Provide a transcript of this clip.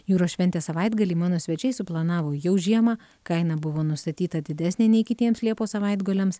jūros šventės savaitgalį mano svečiai suplanavo jau žiemą kaina buvo nustatyta didesnė nei kitiems liepos savaitgaliams